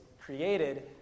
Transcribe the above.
created